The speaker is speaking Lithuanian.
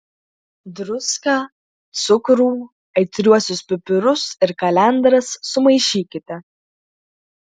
druską cukrų aitriuosius pipirus ir kalendras sumaišykite